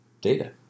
data